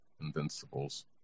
Invincibles